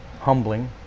Humbling